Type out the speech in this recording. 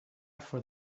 for